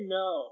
no